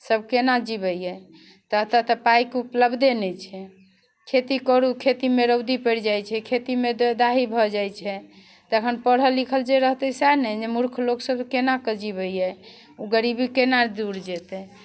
सभ केना जिबैए तऽ एतय तऽ पाइके उपलब्धे नहि छै खेती करू खेतीमे रौदी पड़ि जाइत छै खेतीमे तऽ दाही भऽ जाइत छै तखन पढ़ल लिखल जे रहतै सएह ने मूर्ख लोकसभ केनाके जिबैए ओ गरीबी केना दूर जेतै